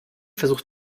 versucht